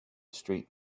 street